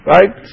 Right